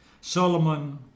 Solomon